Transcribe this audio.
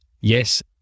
Yes